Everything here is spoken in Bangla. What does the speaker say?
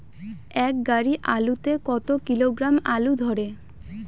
এক গাড়ি আলু তে কত কিলোগ্রাম আলু ধরে?